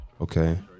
okay